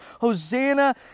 Hosanna